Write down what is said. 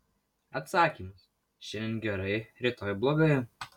atsakymas šiandien gerai rytoj blogai